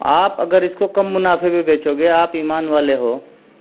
آپ اگر اس کو کم منافع میں بیچو گے آپ ایمان والے ہو